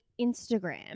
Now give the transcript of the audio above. Instagram